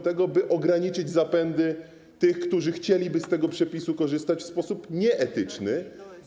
Trzeba ograniczyć zapędy tych, którzy chcieliby z tego przepisu korzystać w sposób nieetyczny.